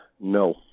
no